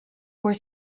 were